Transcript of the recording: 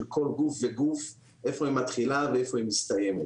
כל גוף וגוף איפה היא מתחילה ואיפה היא מסתיימת.